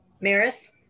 Maris